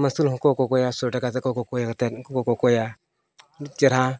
ᱢᱟᱹᱥᱩᱞ ᱦᱚᱸᱠᱚ ᱠᱚᱠᱚᱭᱟ ᱥᱚᱭ ᱴᱟᱠᱟ ᱠᱟᱛᱮᱫ ᱠᱚ ᱠᱚᱠᱚᱭᱟ ᱩᱱᱠᱩ ᱠᱚ ᱠᱚᱠᱚᱭᱟ ᱛᱤᱱᱟᱹᱜ ᱪᱮᱨᱦᱟ